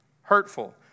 hurtful